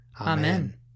Amen